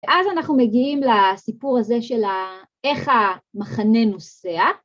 ‫ואז אנחנו מגיעים לסיפור הזה ‫של איך המחנה נוסע